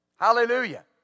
Hallelujah